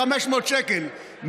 500 שקל.